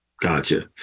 Gotcha